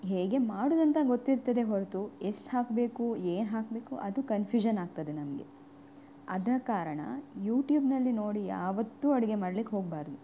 ಹೇಗೆ ಮಾಡುವುದಂತ ಗೊತ್ತಿರ್ತದೆ ಹೊರತು ಎಷ್ಟು ಹಾಕಬೇಕು ಏನು ಹಾಕಬೇಕು ಅದು ಕನ್ಫ್ಯೂಷನ್ ಆಗ್ತದೆ ನಮಗೆ ಅದರ ಕಾರಣ ಯೂಟ್ಯೂಬ್ನಲ್ಲಿ ನೋಡಿ ಯಾವತ್ತೂ ಅಡುಗೆ ಮಾಡ್ಲಿಕ್ಕೆ ಹೋಗಬಾರ್ದು